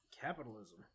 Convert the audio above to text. Capitalism